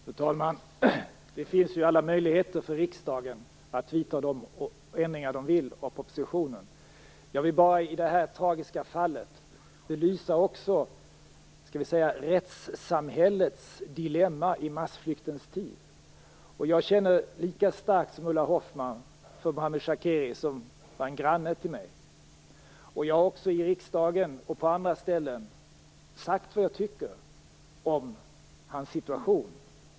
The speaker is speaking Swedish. Fru talman! Det finns alla möjligheter för riksdagen att vidta de ändringar den vill av propositionen. Jag vill bara i det här tragiska fallet belysa också rättssamhällets dilemma i massflyktens tid. Jag känner lika starkt som Ulla Hoffmann för Mohammed Shakeri, som var en granne till mig. Jag har också i riksdagen och på andra ställen sagt vad jag tycker om hans situation.